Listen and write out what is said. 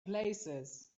places